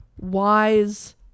Wise